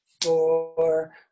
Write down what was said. four